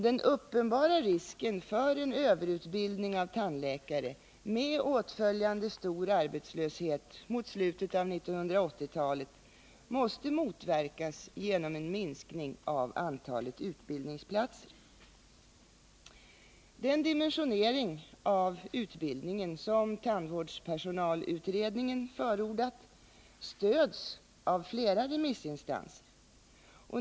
Den uppenbara risken för en överutbildning av tandläkare med åtföljande stor arbetslöshet mot slutet av 1980-talet måste motverkas genom en minskning av antalet utbildningsplatser. förordat stöds av flera remissinstanser.